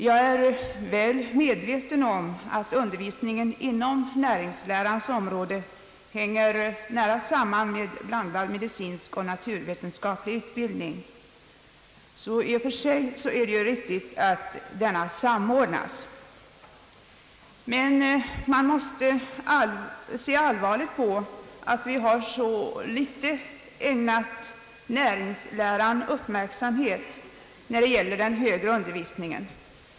Jag är väl medveten om att undervisningen inom <:näringslärans område hänger samman med blandad medicinsk och naturvetenskaplig utbildning, så i och för sig är det riktigt att de samordnas. Man måste dock se allvarligt på att vi så litet har ägnat näringsläran uppmärksamhet när det gäller den högre undervisningen.